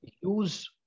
use